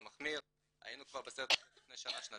לא מחמיר" היינו כבר בסרט הזה לפני שנה-שנתיים,